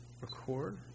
record